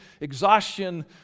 exhaustion